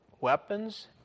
weapons